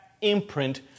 imprint